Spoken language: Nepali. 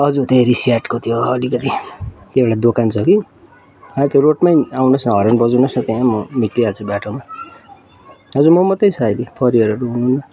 हजुर त्यो रिस्याटको त्यो अलिकति त्यो एउटा दोकान छ कि माथि रोडमै आउनुहोस् न त्यहाँ हर्न बाजाउनुहोस् न त्यहाँ म निक्सिहाल्छु बाटोमा हजुर म मात्रै छु अहिले परिवारहरू हुनुहुन्न